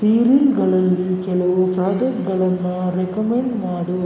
ಸೀರಿಲ್ಗಳಲ್ಲಿ ಕೆಲವು ಪ್ರಾಡಕ್ಟ್ಗಳನ್ನು ರೆಕಮೆಂಡ್ ಮಾಡು